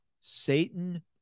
Satan